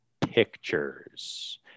pictures